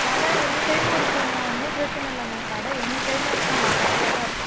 கடை எனிடைமும் இருக்கும்ங்க ஒன்றும் பிரச்சனை இல்லைங்க கடை எனிடைமும் இருக்கும் நான் கடையில் தான் இருப்பேன்